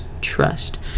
trust